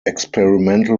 experimental